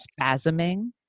spasming